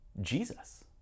Jesus